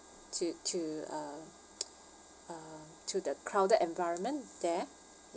to to uh uh to the crowded environment there